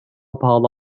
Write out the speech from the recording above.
pahalı